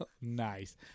Nice